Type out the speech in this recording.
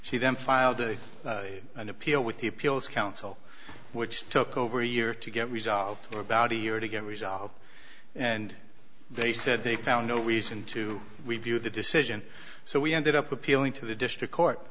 she then filed an appeal with the appeals council which took over a year to get resolved or about a year to get resolved and they said they found no reason to review the decision so we ended up appealing to the district court